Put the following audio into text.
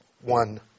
one